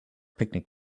picnic